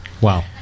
Wow